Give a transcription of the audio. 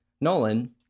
Nolan